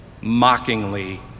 mockingly